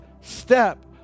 step